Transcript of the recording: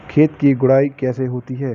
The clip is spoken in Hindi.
खेत की गुड़ाई कैसे होती हैं?